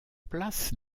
place